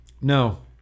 No